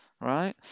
right